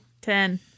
Ten